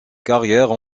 carrières